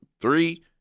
three